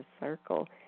circle